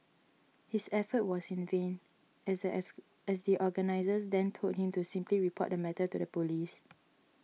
his effort was in vain as the as as the organisers then told him to simply report the matter to the police